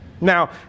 Now